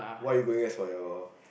what are you going as for your